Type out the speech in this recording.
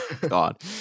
God